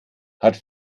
hat